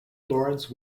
lawrence